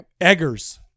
Eggers